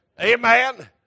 Amen